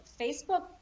Facebook